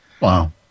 Wow